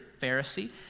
Pharisee